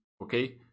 Okay